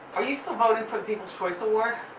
are you still voting for the peoples' choice award?